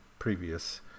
previous